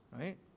right